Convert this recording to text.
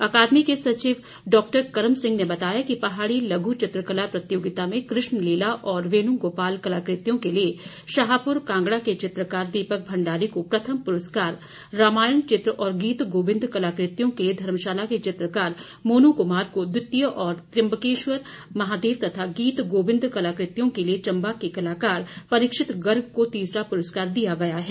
अकादमी के सचिव डॉक्टर कर्म सिंह ने बताया कि पहाड़ी लघु चित्रकला प्रतियोगिता में कृष्ण लीला और वेणु गोपाल कलाकृतियों के लिए शाहपुर कांगड़ा के चित्रकार दीपक भंडारी को प्रथम पुरस्कार रामायण चित्र और गीत गोबिंद कलाकृतियों के लिए धर्मशाला के चित्रकार मोनू कुमार को द्वितीय और त्रयम्बेकश्वर महादेव तथा गीत गोबिंद कलाकृतियों के लिए चंबा के कलाकार परीक्षित गर्ग को तीसरा पुरस्कार दिया गया है